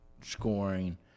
scoring